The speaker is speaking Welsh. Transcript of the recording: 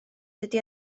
dydy